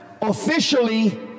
officially